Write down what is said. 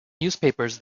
newspapers